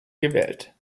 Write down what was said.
gewählt